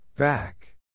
Back